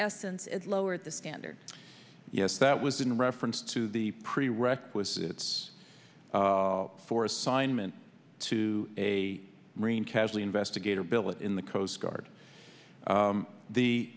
essence lowered the standard yes that was in reference to the prerequisites for assignment to a marine casually investigator billet in the coast guard the